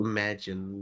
Imagine